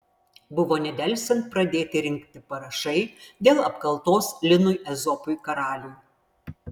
buvo nedelsiant pradėti rinkti parašai dėl apkaltos linui ezopui karaliui